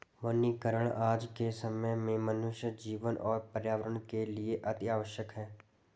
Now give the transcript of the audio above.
वनीकरण आज के समय में मनुष्य जीवन और पर्यावरण के लिए अतिआवश्यक है